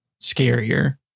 scarier